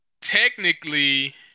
technically